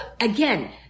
again